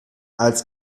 als